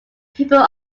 people